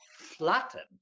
flattened